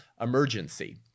emergency